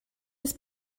his